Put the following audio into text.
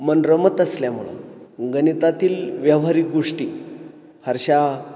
मन रमत असल्यामुळं गणितातील व्यावहारिक गोष्टी फारशा